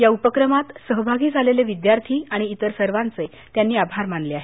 या उपक्रमात सहभागी झालेले विद्यार्थी आणि इतर सर्वांचे त्यांनी आभार मानले आहेत